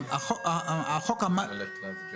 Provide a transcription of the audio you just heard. אני לא אומר,